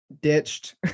Ditched